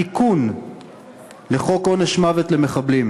התיקון של חוק עונש מוות למחבלים,